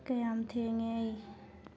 ꯀꯌꯥꯝ ꯊꯦꯡꯉꯦ ꯑꯩ